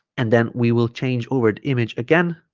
and then we will change over the image again